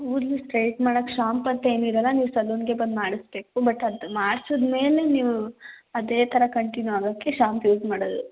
ಕೂದಲು ಸ್ಟ್ರೈಟ್ ಮಾಡಕ್ಕೆ ಶಾಂಪ್ ಅಂತೇನೂ ಇರೋಲ್ಲ ನೀವು ಸಲೂನ್ಗೇ ಬಂದು ಮಾಡಿಸ್ಬೇಕು ಬಟ್ ಅದು ಮಾಡ್ಸಿದ್ಮೇಲೆ ನೀವು ಅದೇ ಥರ ಕಂಟಿನ್ಯೂ ಆಗೋಕ್ಕೆ ಶಾಂಪ್ ಯೂಸ್ ಮಾಡೋದು